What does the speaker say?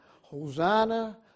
Hosanna